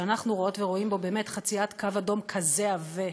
שאנחנו רואות ורואים בו באמת חציית קו אדום כזה עבה,